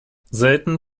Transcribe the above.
selten